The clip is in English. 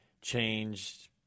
changed